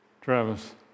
Travis